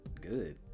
good